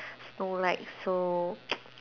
Snow White so